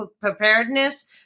preparedness